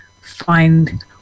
find